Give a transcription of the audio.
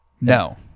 No